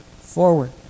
forward